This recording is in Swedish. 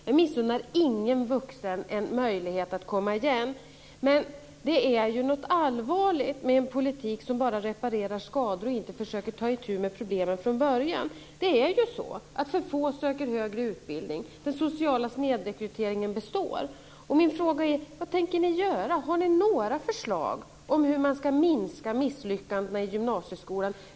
Jag missunnar ingen vuxen en möjlighet att komma igen, men det är något allvarligt med en politik som bara reparerar skador och inte försöker ta itu med problemen från början. Det är ju så att få söker högre utbildning och att den sociala snedrekryteringen består. Min fråga gäller vad ni tänker göra. Har ni några förslag om hur man ska minska misslyckandena i gymnasieskolan?